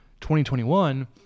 2021